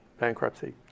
bankruptcy